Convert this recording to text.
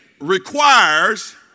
Requires